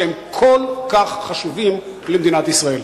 שהם כל כך חשובים למדינת ישראל.